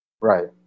Right